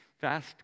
fast